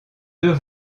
deux